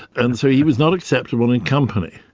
and so he was not acceptable in company.